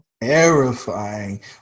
terrifying